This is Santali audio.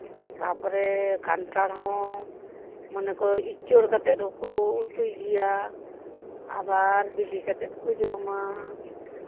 ᱛᱟᱨᱯᱚᱨ ᱠᱟᱱᱴᱷᱟᱲ ᱦᱚᱸ ᱢᱚᱱᱮ ᱠᱚᱨᱚ ᱤᱪᱚᱲ ᱠᱟᱛᱮᱜ ᱦᱚᱸᱠᱚ ᱩᱛᱩᱭ ᱜᱮᱭᱟ ᱟᱵᱟᱨ ᱵᱤᱞᱤ ᱠᱟᱛᱮᱜ ᱠᱚ ᱡᱚᱢᱟ